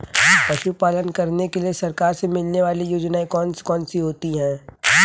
पशु पालन करने के लिए सरकार से मिलने वाली योजनाएँ कौन कौन सी हैं?